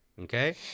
Okay